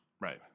Right